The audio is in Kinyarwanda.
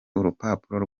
urupapuro